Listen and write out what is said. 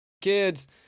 kids